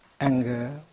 anger